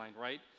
right